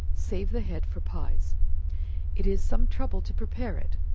save the head for pies it is some trouble to prepare it,